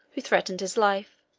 who threatened his life,